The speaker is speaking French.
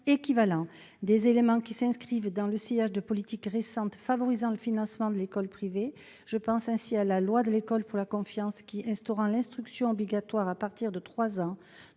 équivalents. Ces éléments s'inscrivent dans le sillage de politiques récentes favorisant le financement de l'école privée. Je pense à la loi pour une école de la confiance qui instaure l'instruction obligatoire à partir de 3 ans,